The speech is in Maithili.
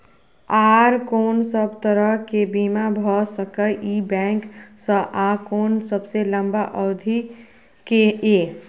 आर कोन सब तरह के बीमा भ सके इ बैंक स आ कोन सबसे लंबा अवधि के ये?